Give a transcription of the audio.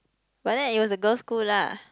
but then it was a girl school lah